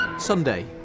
Sunday